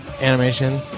Animation